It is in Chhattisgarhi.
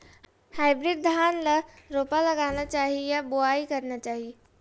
हाइब्रिड धान ल रोपा लगाना चाही या बोआई करना चाही?